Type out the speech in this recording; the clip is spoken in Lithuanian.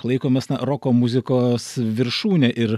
laikomas roko muzikos viršūne ir